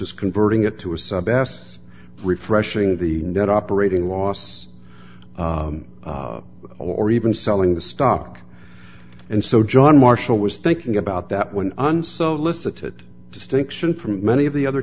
as converting it to a sub s refreshing the net operating loss or even selling the stock and so john marshall was thinking about that when unsolicited distinction from many of the